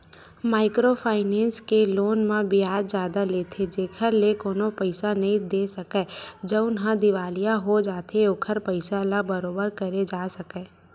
micro finance के loan म बियाज जादा लेथे जेखर ले कोनो पइसा नइ दे सकय जउनहा दिवालिया हो जाथे ओखर पइसा ल बरोबर करे जा सकय